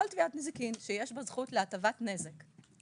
כל תביעת נזיקין שיש בה זכות להטבת נזק,